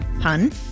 pun